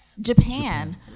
Japan